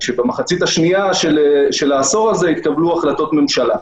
כאשר במחצית השנייה של העשור הזה התקבלו החלטות ממשלה.